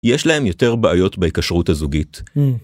יש להם יותר בעיות בהיקשרות הזוגית.